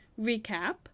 recap